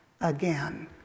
again